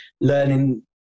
learning